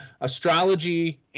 astrology